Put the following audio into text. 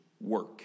work